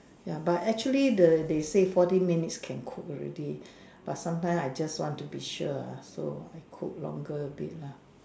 ya but actually the they say forty minutes can cook already but sometimes I just want to be sure ah so I cook longer a bit lah